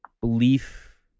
belief